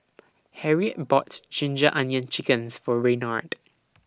Harriet bought Ginger Onions Chickens For Raynard